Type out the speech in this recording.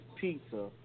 pizza